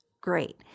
Great